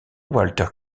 walter